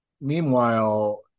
meanwhile